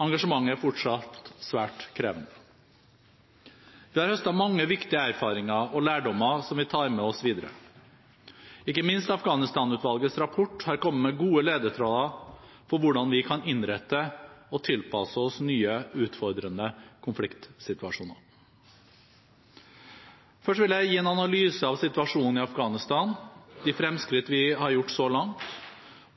Engasjementet er fortsatt svært krevende. Vi har høstet mange viktige erfaringer og lærdommer, som vi tar med oss videre. Ikke minst Afghanistan-utvalgets rapport har kommet med gode ledetråder for hvordan vi kan innrette og tilpasse oss nye, utfordrende konfliktsituasjoner. Først vil jeg gi en analyse av situasjonen i Afghanistan, de fremskritt vi har gjort så langt,